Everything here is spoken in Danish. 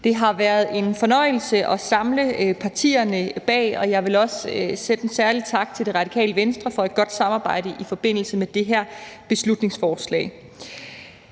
Det har været en fornøjelse at samle partierne bag det. Jeg vil også rette en særlig tak til Radikale Venstre for et godt samarbejde i forbindelse med det her beslutningsforslag.